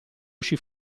uscì